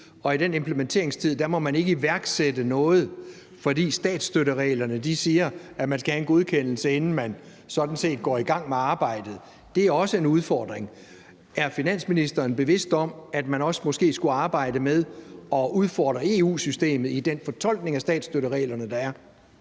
og i den implementeringstid må man ikke iværksætte noget, fordi statsstøttereglerne siger, at man skal have en godkendelse, inden man sådan set går i gang med arbejdet. Det er også en udfordring. Er finansministeren bevidst om, at man måske også skulle arbejde med at udfordre EU-systemet i den fortolkning af statsstøttereglerne, der er?